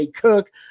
Cook